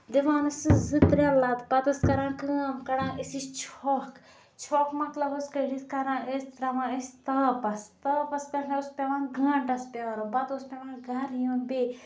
دِوان ٲسِس زٕ ترٛےٚ لَتہٕ پَتہٕ ٲسۍ کران کٲم کڑان ٲسِس چھۄکھ چھۄکھ مۄکلاوہوس کٔڑتھ کران ٲسۍ تراوان ٲسۍ تاپَس تاپَس پٮ۪ٹھ اوس پیٚوان گٲنٹَس پیارُن پَتہٕ اوس پیٚوان گَرٕ یُن بیٚیہِ